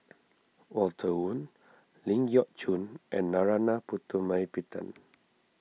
Walter Woon Ling Geok Choon and Narana Putumaippittan